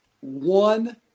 one